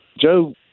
Joe